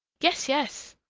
yes, yes,